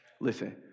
Listen